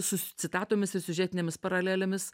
su citatomis ir siužetinėmis paralelėmis